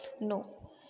no